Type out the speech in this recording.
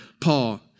Paul